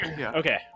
Okay